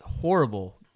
horrible